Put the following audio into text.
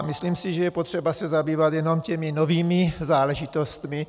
Myslím si, že je potřeba se zabývat jenom těmi novými záležitostmi.